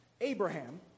Abraham